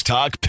Talk